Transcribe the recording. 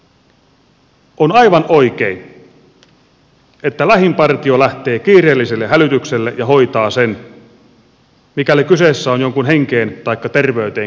on aivan oikein että lähin partio lähtee kiireelliselle hälytykselle ja hoitaa sen mikäli kyseessä on jonkun henkeen taikka terveyteen kohdistuva uhka